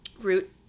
root